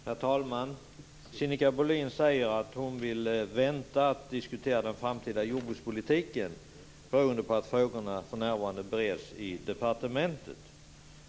Herr talman! Sinikka Bohlin säger att hon vill vänta med att diskutera den framtida jordbrukspolitiken beroende på att frågorna för närvarande bereds i departementet.